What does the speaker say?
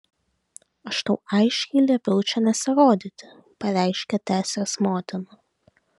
aš tau aiškiai liepiau čia nesirodyti pareiškė tesės motina